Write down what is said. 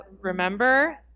remember